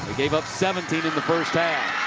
gave up seventeen in the first half.